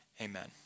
Amen